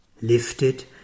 Lifted